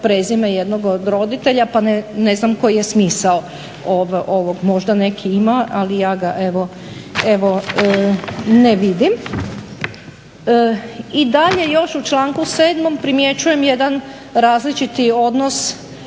I dalje još u članku 7. primjećujem jedan različiti odnos